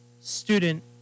student